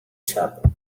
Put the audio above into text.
chap